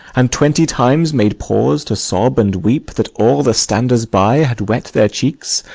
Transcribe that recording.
and twenty times made pause, to sob and weep, that all the standers-by had wet their cheeks,